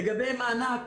לגבי מענק